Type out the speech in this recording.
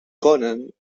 conan